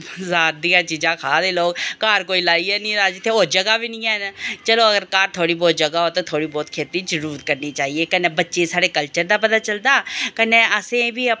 बजार दियां चाजां का ले लोग घर कोई लाइयै गै निं राजी ते ओह् जगह् बी निं ऐ चलो अगर घर थोह्ड़ी बौह्त जगह् होऐ ते थोह्ड़ी बोह्त खेती जरूर करनी चाहिदी कन्नै बच्चें गी साढ़े कल्चर दा पता चलदा कन्नै अप्पूं